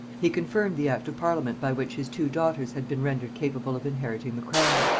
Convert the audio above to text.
he confirmed the act of parliament by which his two daughters had been rendered capable of inheriting the crown,